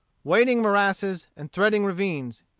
wading morasses, and threading ravines,